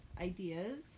ideas